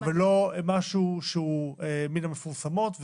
ולא משהו שהוא מן המפורסמות.